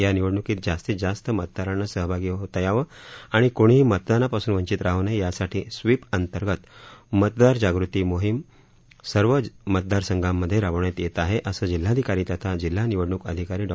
या निवडणुकीत जास्तीत जास्त मतदारांना सहभागी होता यावं आणि कूणीही मतदानापासून वंचित राहू नये यासाठी स्वीप अंतर्गत मतदार जागृती मोहीम सर्व मतदारसंघांमध्ये राबविण्यात येत आहे असं जिल्हाधिकारी तथा जिल्हा निवडणूक अधिकारी डॉ